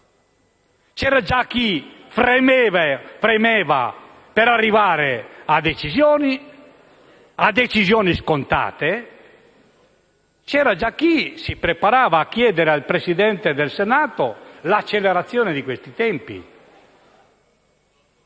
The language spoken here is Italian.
C'era già chi premeva per arrivare a decisioni scontate; c'era già chi si preparava a chiedere al Presidente del Senato l'accelerazione di questi tempi.